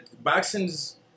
boxing's